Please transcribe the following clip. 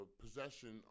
possession